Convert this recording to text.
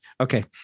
Okay